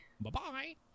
Bye-bye